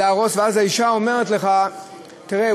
ואז האישה אומרת לך: תראה,